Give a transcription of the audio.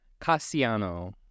Cassiano